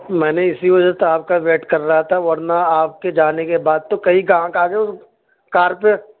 میں نے اسی وجہ سے تو آپ کا ویٹ کر رہا تھا ورنہ آپ کے جانے کے بعد تو کئی گاہک آ گئے اور کار پہ